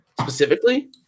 specifically